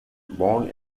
born